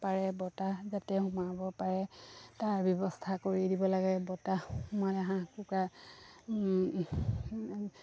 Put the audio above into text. পাৰে বতাহ যাতে সোমাব পাৰে তাৰ ব্যৱস্থা কৰি দিব লাগে বতাহ সোমালে হাঁহ কুকুৰা